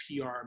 PR